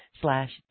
slash